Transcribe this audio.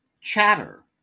Chatter